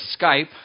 Skype